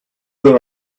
there